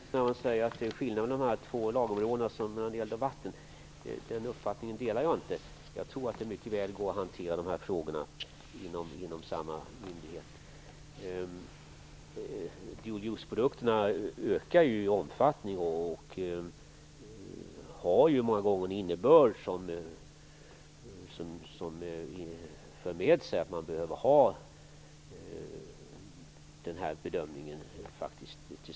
Fru talman! Det låter väldigt dramatiskt när det sägs att det är skillnad mellan de två lagområdena som eld och vatten. Den uppfattningen delar jag inte. Jag tror att det mycket väl går att hantera dessa frågor inom samma myndighet. Dual use-produkterna ökar ju i omfattning och gör att man många gånger behöver ha en gemensam bedömning.